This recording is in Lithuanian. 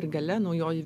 ir galia naujoji